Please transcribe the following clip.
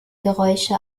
geräusche